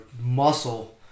muscle